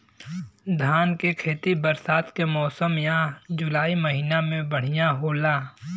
धान के खेती बरसात के मौसम या जुलाई महीना में बढ़ियां होला?